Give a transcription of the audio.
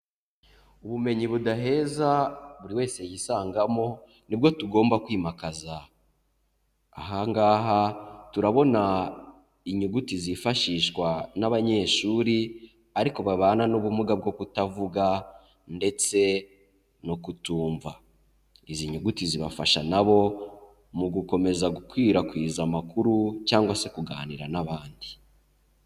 Ubumenyi budaheza buri wese yisangamo nibwo tugomba kwimakaza, aha ngaha turabona inyuguti zifashishwa n'abanyeshuri ariko babana n'ubumuga bwo kutavuga ndetse no kutumva, izi nyuguti zibafasha na bo mu gukomeza gukwirakwiza amakuru cyangwa se kuganira n'abandi.